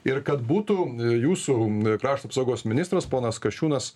ir kad būtų jūsų krašto apsaugos ministras ponas kasčiūnas